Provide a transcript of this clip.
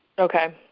okay.